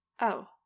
Oh